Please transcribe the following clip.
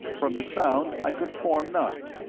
from the sound i could form none.